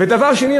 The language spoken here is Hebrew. דבר שני,